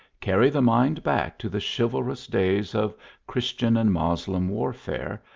carry the mind back to the chivalrous days of christian and moslem warfare,